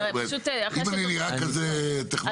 אם אני נראה כזה טכנוקרט, אז זה בסדר.